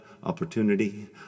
opportunity